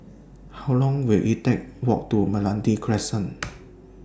How Long Will IT Take Walk to Meranti Crescent